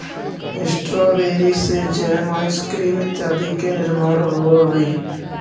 strawberry से jam, ice cream इत्यादि के निर्माण होवऽ हइ